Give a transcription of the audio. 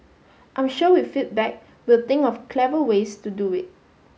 I'm sure with feedback we'll think of clever ways to do it